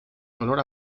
color